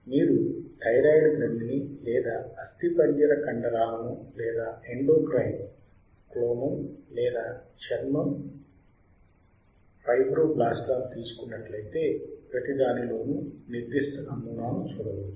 మీరు థైరాయిడ్ గ్రంధి ని లేదా అస్థిపంజర కండరాలను లేదా ఎండోక్రైన్ క్లోమం లేదా చర్మం ఫైబ్రోబ్లాస్ట్స్ లను తీసుకున్నట్లయితే ప్రతి దాని లోనూ నిర్దిష్ట నమూనాను చూడవచ్చు